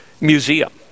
museum